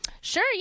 Sure